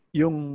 yung